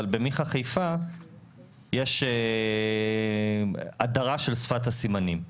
אבל במיח"א חיפה יש הדרה של שפת הסימנים,